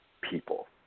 people